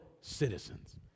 citizens